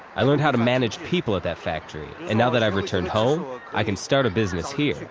i learned how to manage people at that factory, and now that i've returned home, i can start a business here.